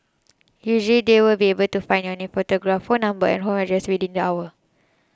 usually they will be able to find your name photograph phone number and home address within the hour